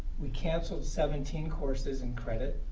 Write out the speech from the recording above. we canceled seventeen courses in credit.